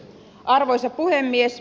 arvoisa puhemies